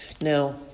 Now